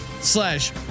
slash